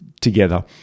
together